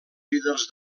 líders